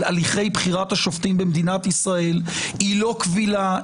הליכי בחירת השופטים במדינת ישראל היא לא קבילה,